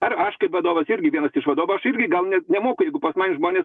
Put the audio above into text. ar aš kaip vadovas irgi vienas iš vadovų irgi gal net nemoku jeigu pas mane žmonės